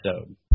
episode